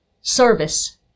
service